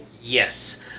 Yes